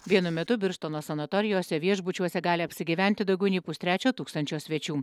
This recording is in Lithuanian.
vienu metu birštono sanatorijose viešbučiuose gali apsigyventi daugiau nei pustrečio tūkstančio svečių